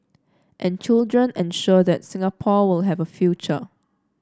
and children ensure that Singapore will have a future